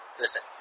Listen